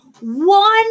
one